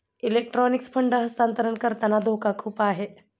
electronic fund हस्तांतरण करताना धोका खूप आहे